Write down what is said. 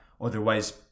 otherwise